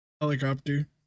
Helicopter